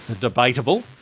debatable